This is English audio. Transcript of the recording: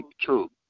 True